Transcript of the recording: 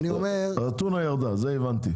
הטונה ירדה, את זה הבנתי.